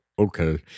Okay